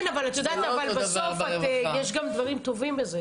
כן, אבל את יודעת, בסוף יש גם דברים טובים בזה.